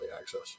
access